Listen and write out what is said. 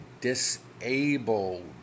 disabled